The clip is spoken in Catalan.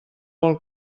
vol